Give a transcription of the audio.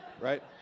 right